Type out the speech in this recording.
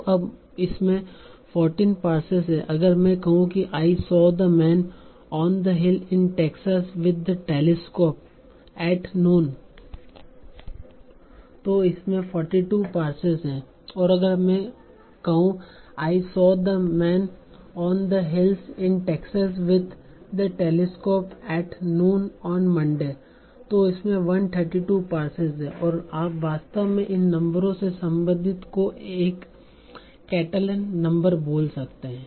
तो अब इसमें 14 पार्सेस हैं अगर मैं कहूं कि I saw the man on the hill in Texas with the telescope at noon तो इसमें 42 पार्सेस हैं और अगर मैं कहूं I saw the man on the hill in Texas with the telescope at noon on Monday तो इसमें 132 parses हैं और आप वास्तव में इन नंबरों से सम्बंधित को एक कैटलन नंबर बोल सकते हैं